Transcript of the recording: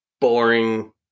boring